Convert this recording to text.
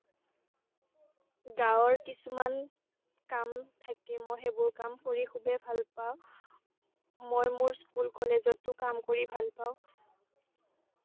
গাঁৱৰ কিছুমান কাম থাকে মই সেইবোৰ কাম কৰি খুবেই ভাল পাওঁ মই মোৰ স্কুল কলেজতো কাম কৰি ভাল পাওঁ